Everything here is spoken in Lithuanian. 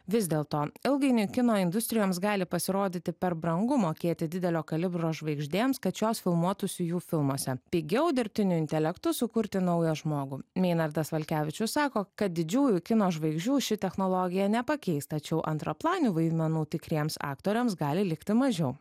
vis dėl to ilgainiui kino industrijoms gali pasirodyti per brangu mokėti didelio kalibro žvaigždėms kad šios filmuotųsi jų filmuose pigiau dirbtinio intelekto sukurti naują žmogų meinardas valkevičius sako kad didžiųjų kino žvaigždžių ši technologija nepakeis tačiau antraplanių vaidmenų tikriems aktoriams gali likti mažiau